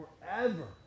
forever